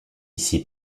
ici